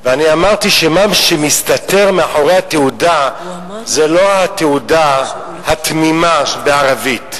ואני אמרתי שמה שמסתתר מאחורי התעודה זה לא התעודה התמימה בערבית.